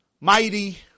mighty